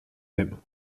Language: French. aiment